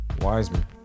Wiseman